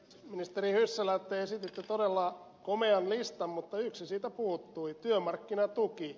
ministeri hyssälä te esititte todella komean listan mutta yksi siitä puuttui työmarkkinatuki